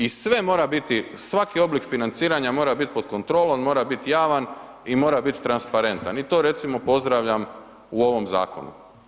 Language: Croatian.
I sve mora biti svaki oblik financiranja mora biti pod kontrolom, mora biti javan i mora biti transparentan i to recimo pozdravljam u ovom zakonu.